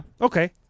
Okay